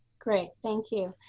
great, thank you.